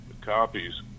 copies